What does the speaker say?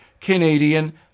Canadian